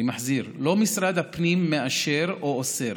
אני חוזר: לא משרד הפנים מאשר או אוסר,